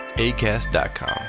ACAST.COM